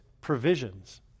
provisions